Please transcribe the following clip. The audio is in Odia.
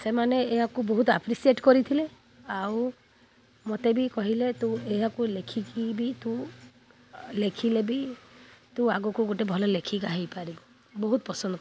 ସେମାନେ ଏହାକୁ ବହୁତ ଆପ୍ରିସିଏଟ୍ କରିଥିଲେ ଆଉ ମୋତେ ବି କହିଲେ ତୁ ଏହାକୁ ଲେଖିକି ବି ତୁ ଲେଖିଲେ ବି ତୁ ଆଗକୁ ଗୋଟିଏ ଭଲ ଲେଖିକା ହୋଇପାରିବୁ ବହୁତ ପସନ୍ଦ